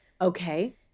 Okay